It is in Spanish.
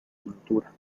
pintura